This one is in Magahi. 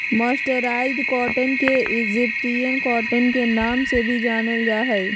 मर्सराइज्ड कॉटन के इजिप्टियन कॉटन के नाम से भी जानल जा हई